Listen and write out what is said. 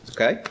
Okay